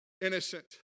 innocent